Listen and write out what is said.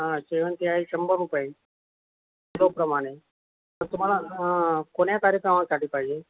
हा शेवंती आहे शंभर रुपये किलोप्रमाणे तर तुम्हाला कोण्या कार्यक्रमासाठी पाहिजे